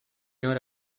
not